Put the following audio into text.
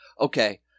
Okay